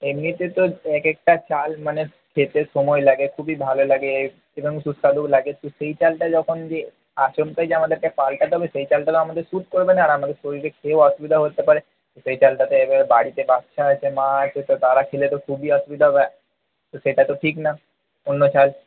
এমনিতে তো এক একটা চাল মানে খেতে সময় লাগে খুবই ভালো লাগে এবং সুস্বাদুও লাগে তো সেই চালটাই যখন গিয়ে আচমকাই যে আমাদেরকে পাল্টাতে হবে সেই চালটা যে আমাদের স্যুট করবে না আর আমাদের শরীরে খেয়েও অসুবিধা হতে পারে সেই চালটাকে আর বাড়িতে বাচ্চা আছে মা আছে তো বাবা খেলে তো খুবই অসুবিধা হবে তো সেটা তো ঠিক না অন্য চাল